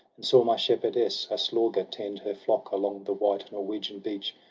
and saw my shepherdess, aslauga, tend her flock along the white norwegian beach.